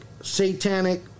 satanic